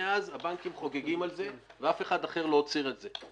מאז, הבנקים חוגגים על זה ואף אחד לא עוצר את זה.